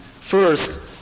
First